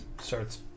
starts